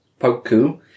Poku